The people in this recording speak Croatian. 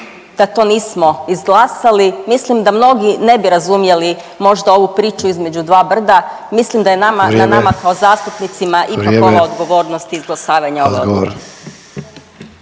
da to nismo izglasali. Mislim da mnogi ne bi razumjeli možda ovu priču između dva brda. Mislim da je na nama … …/Upadica Sanader: Vrijeme./… … kao